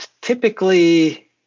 typically